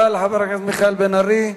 תודה לחבר הכנסת מיכאל בן-ארי.